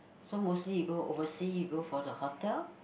so mostly you go overseas go for the hotel